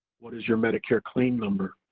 what is your medicare claim number?